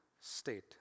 state